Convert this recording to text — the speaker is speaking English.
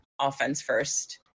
offense-first